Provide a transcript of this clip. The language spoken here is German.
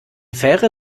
fähre